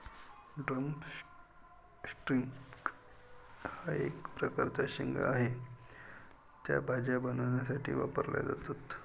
drum sticks हा एक प्रकारचा शेंगा आहे, त्या भाज्या बनवण्यासाठी वापरल्या जातात